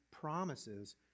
promises